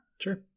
Sure